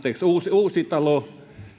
uusitalo